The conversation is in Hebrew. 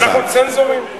מה, אנחנו צנזורים?